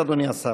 אדוני השר.